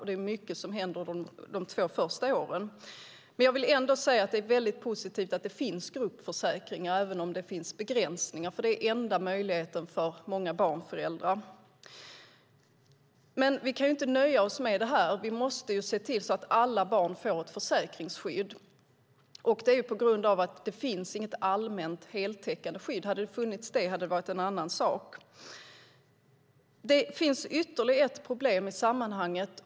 Det är mycket som händer de två första åren. Jag vill ändå säga att det är väldigt positivt att det finns gruppförsäkringar, även om det finns begränsningar. Det är enda möjligheten för många föräldrar. Vi kan ändå inte nöja oss med det här. Vi måste se till att alla barn får ett försäkringsskydd. Det är på grund av att det inte finns något allmänt heltäckande skydd. Hade det funnits det hade det varit en annan sak. Det finns ytterligare ett problem i sammanhanget.